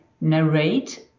narrate